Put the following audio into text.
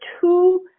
two